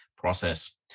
process